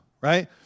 right